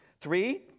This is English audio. Three